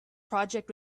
project